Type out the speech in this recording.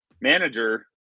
manager